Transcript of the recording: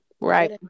Right